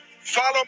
Follow